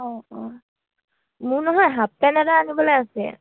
অঁ অঁ মোৰ নহয় হাফ পেন্ট এটা আনিবলে আছে